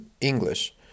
english